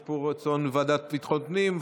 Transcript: יש פה רצון לוועדת ביטחון הפנים.